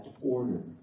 order